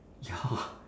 ya